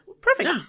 Perfect